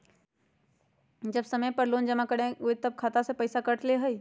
जब समय पर लोन जमा न करवई तब खाता में से पईसा काट लेहई?